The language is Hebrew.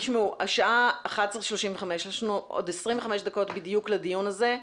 השעה 11:35. יש לנו עוד 25 דקות בדיוק לדיון הזה.